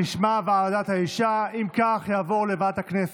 בעד, 42, אין מתנגדים, אין נמנעים.